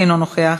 אינו נוכח,